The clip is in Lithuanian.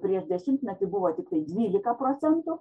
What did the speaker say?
prieš dešimtmetį buvo tiktai dvylika procentų